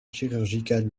chirurgicale